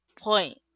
point